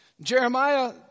Jeremiah